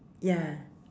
ya